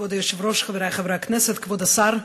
כבוד היושב-ראש, חברי חברי הכנסת, כבוד השר,